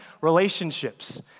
relationships